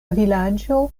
vilaĝo